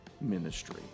ministry